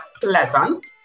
pleasant